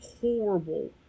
horrible